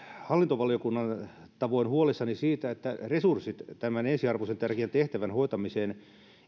hallintovaliokunnan tavoin huolissani siitä että resurssit tämän ensiarvoisen tärkeän tehtävän hoitamiseen